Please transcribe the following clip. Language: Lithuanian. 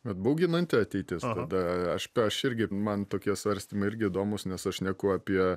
bet bauginanti ateitis tada aš aš irgi man tokie svarstymai irgi įdomūs nes aš šneku apie